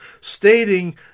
stating